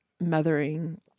mothering